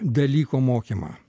dalyko mokymą